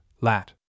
lat